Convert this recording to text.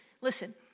listen